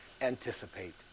anticipate